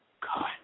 God